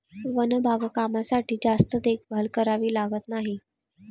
one बागकामासाठी जास्त देखभाल करावी लागत नाही